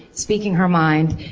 speaking her mind,